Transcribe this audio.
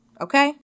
okay